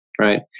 right